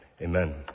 Amen